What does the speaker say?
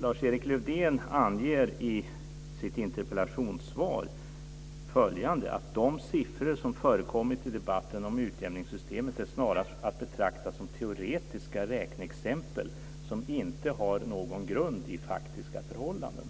Lars-Erik Lövdén anger i sitt interpellationssvar att de siffror som förekommit i debatten om utjämningssystemet snarast är att betrakta som teoretiska räkneexempel som inte har någon grund i faktiska förhållanden.